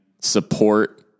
support